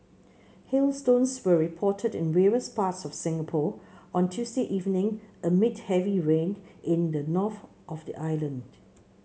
hailstones were reported in various parts of Singapore on Tuesday evening amid heavy rain in the north of the island